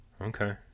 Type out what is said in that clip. okay